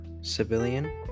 civilian